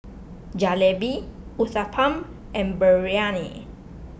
Jalebi Uthapam and Biryani